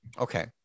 Okay